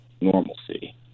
normalcy